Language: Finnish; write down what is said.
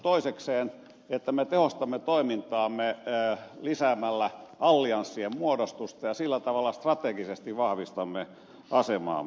toiseksi että me tehostamme toimintaamme lisäämällä allianssien muodostusta ja sillä tavalla strategisesti vahvistamme asemaamme